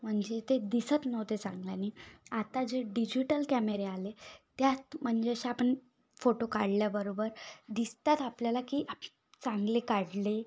म्हणजे ते दिसत नव्हते चांगले आणि आता जे डिजिटल कॅमेरे आले त्यात म्हणजे असे आपण फोटो काढल्याबरोबर दिसतात आपल्याला की चांगले काढले